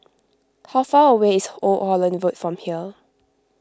how far away is Old Holland Road from here